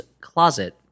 closet